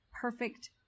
perfect